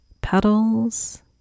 petals